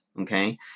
Okay